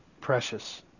precious